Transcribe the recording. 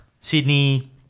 Sydney